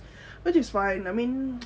which is fine I mean